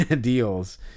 deals